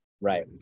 right